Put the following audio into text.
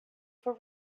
for